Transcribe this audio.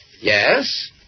Yes